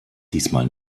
diesmal